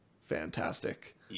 fantastic